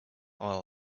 oil